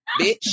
bitch